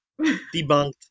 Debunked